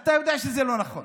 אתה יודע שזה לא נכון